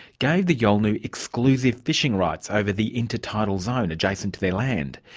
gave the yolngu exclusive fishing rights over the inter-tidal zone adjacent to their land.